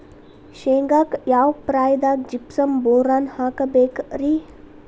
ಶೇಂಗಾಕ್ಕ ಯಾವ ಪ್ರಾಯದಾಗ ಜಿಪ್ಸಂ ಬೋರಾನ್ ಹಾಕಬೇಕ ರಿ?